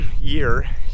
year